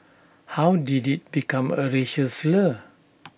how did IT become A racial slur